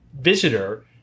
visitor